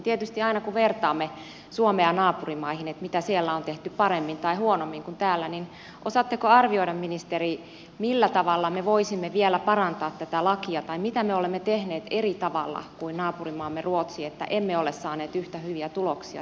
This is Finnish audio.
tietysti aina vertaamme suomea naapurimaihin mitä siellä on tehty paremmin tai huonommin kuin täällä niin osaatteko arvioida ministeri millä tavalla me voisimme vielä parantaa tätä lakia tai mitä me olemme tehneet eri tavalla kuin naapurimaamme ruotsi että emme ole saaneet yhtä hyviä tuloksia työllisyydessä kuin siellä